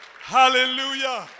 Hallelujah